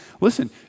Listen